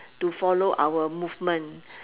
to follow our movement